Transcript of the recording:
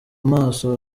amaso